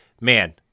man